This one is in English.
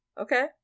Okay